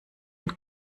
und